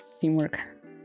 Teamwork